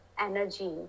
energy